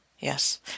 yes